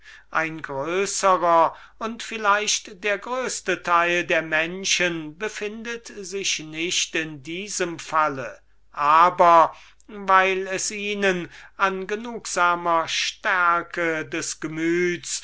ein größerer und vielleicht der größte teil der menschen befindet sich nicht in diesem fall aber weil es ihnen an genugsamer stärke des gemüts